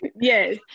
Yes